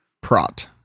Prot